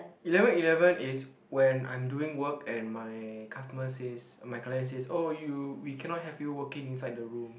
eleven eleven is when I am doing work and my customer says my client says oh you we cannot have you working inside the room